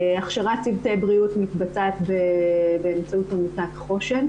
הכשרת צוותי בריאות מתבצעת באמצעות עמותת חוש"ן,